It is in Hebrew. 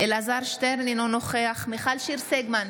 אלעזר שטרן, אינו נוכח מיכל שיר סגמן,